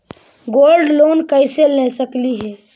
Gold loan कैसे ले सकली हे?